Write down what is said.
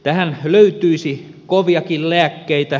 tähän löytyisi koviakin lääkkeitä